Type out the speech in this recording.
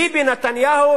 ביבי נתניהו,